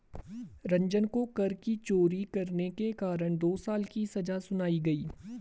रंजन को कर की चोरी करने के कारण दो साल की सजा सुनाई गई